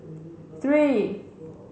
three